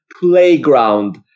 Playground